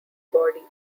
body